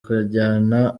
kujyana